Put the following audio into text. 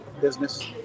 business